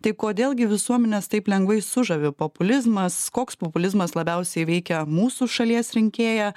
tai kodėl gi visuomenes taip lengvai sužavi populizmas koks populizmas labiausiai veikia mūsų šalies rinkėją